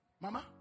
Mama